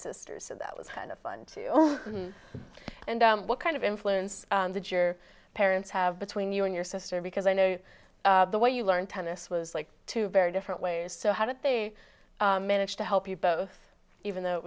sisters so that was kind of fun too and what kind of influence that your parents have between you and your sister because i know the way you learned tennis was like two very different ways so how did they manage to help you both even though it